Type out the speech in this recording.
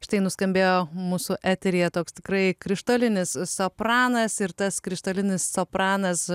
štai nuskambėjo mūsų eteryje toks tikrai krištolinis sopranas ir tas krištolinis sopranas